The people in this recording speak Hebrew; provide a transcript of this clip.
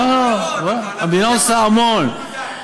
לא, היא עשתה, אבל זה מעט מדי, המדינה עושה המון.